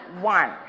one